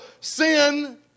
sin